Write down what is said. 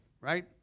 right